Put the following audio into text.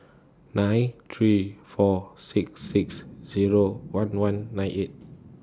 nine three four six six Zero one one nine eight